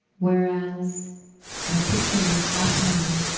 whereas i pictured it happening